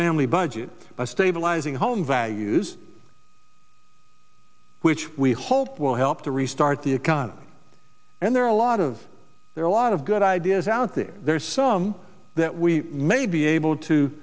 family budget a stabilizing home values which we hope will help to restart the economy and there are a lot of there are a lot of good ideas out there there's some that we may be able to